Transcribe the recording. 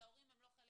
ההורים הם לא חלק.